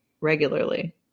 regularly